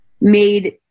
made